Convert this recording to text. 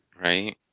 Right